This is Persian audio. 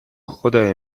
خدای